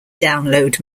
download